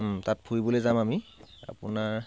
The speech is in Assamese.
তাত ফুৰিবলৈ যাম আমি আপোনাৰ